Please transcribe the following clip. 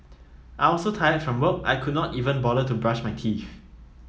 I also tired from work I could not even bother to brush my teeth